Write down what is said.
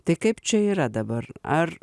tai kaip čia yra dabar ar